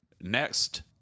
Next